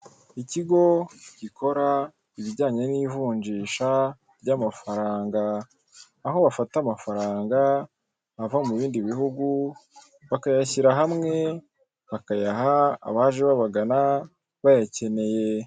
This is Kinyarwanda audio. Ikigo gikora ibijyanye n'ivunjisha ry'amafaranga. Aho bafata amafaranga ava mu bindi bihugu, bakayashyira hamwe, bakayaha abaje babagana bayakeneye.